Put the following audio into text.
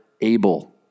Abel